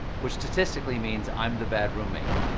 which statistically means, i'm the bad roommate.